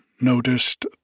noticed